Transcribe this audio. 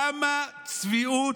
כמה צביעות,